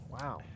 Wow